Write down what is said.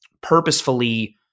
purposefully